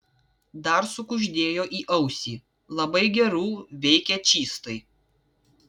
dar sukuždėjo į ausį labai gerų veikia čystai